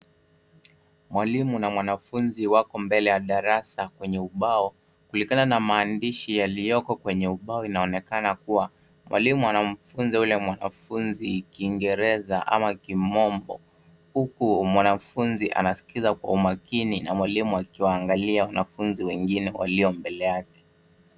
Mwalimu na mwanafunzi wapo mbele ya darasa kwenye ubao. Kulingana na maandishi yaliyoko kwenye ubao inaonekana kuwa mwalimu anamfunza yule mwanafunzi kiingereza ama kimombo huku mwanafunzi anaskiza kwa umakini na mwalimu akiwaangalia wanafunzi wengine walio mbele yake.